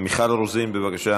מיכל רוזין, בבקשה.